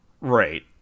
Right